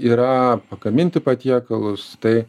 yra pagaminti patiekalus tai